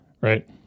right